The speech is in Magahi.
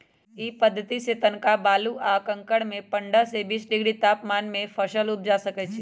इ पद्धतिसे तनका बालू आ कंकरमें पंडह से बीस डिग्री तापमान में फसल उपजा सकइछि